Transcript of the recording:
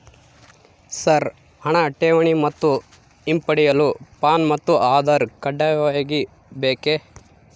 Sir ಹಣ ಠೇವಣಿ ಮತ್ತು ಹಿಂಪಡೆಯಲು ಪ್ಯಾನ್ ಮತ್ತು ಆಧಾರ್ ಕಡ್ಡಾಯವಾಗಿ ಬೇಕೆ?